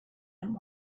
and